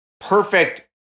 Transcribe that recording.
perfect